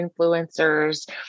influencers